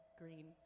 green